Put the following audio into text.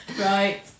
Right